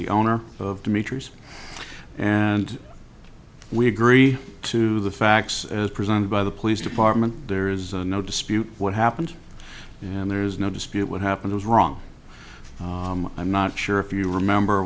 the owner of dmitri's and we agree to the facts as presented by the police department there is no dispute what happened and there is no dispute what happened was wrong i'm not sure if you remember